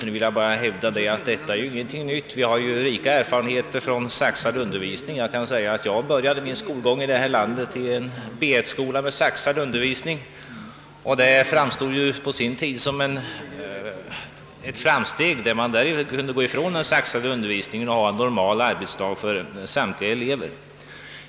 Jag vill emellertid hävda att det är inte något nytt. Det finns rika erfarenheter av saxad undervisning. Jag kan nämna att jag började min skolgång i en B-skola med saxad undervisning, som på sin tid framstod som en förbättring. Den frångick man emellertid sedermera till förmån för en normal arbetsdag för samtliga elever.